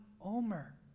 Omer